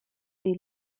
they